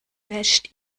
wäscht